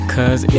Cause